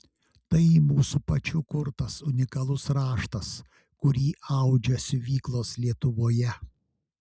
tai mūsų pačių kurtas unikalus raštas kurį audžia siuvyklos lietuvoje